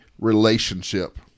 relationship